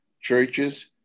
churches